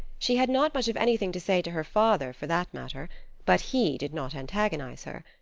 she had not much of anything to say to her father, for that matter but he did not antagonize her.